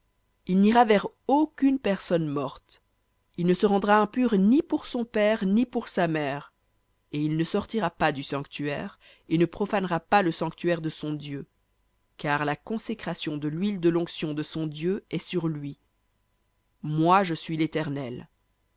il n'ira vers aucune personne morte il ne se rendra impur ni pour son père ni pour sa mère et il ne sortira pas du sanctuaire et ne profanera pas le sanctuaire de son dieu car la consécration de l'huile de l'onction de son dieu est sur lui moi je suis l'éternel